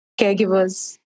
caregivers